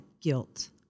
guilt